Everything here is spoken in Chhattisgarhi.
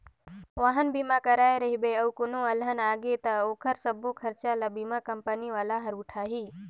वाहन बीमा कराए रहिबे अउ कोनो अलहन आगे त ओखर सबो खरचा ल बीमा कंपनी वाला हर उठाही